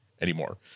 anymore